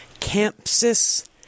campsis